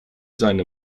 seine